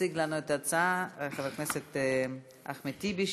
יציג לנו את ההצעה חבר הכנסת אחמד טיבי.